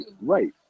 right